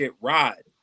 ride